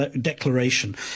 declaration